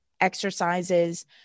exercises